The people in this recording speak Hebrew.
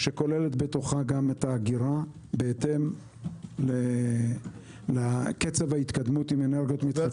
שכוללת בתוכה גם את האגירה בהתאם לקצב ההתקדמות עם אנרגיות מתחדשות.